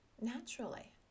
naturally